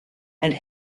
and